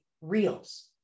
reels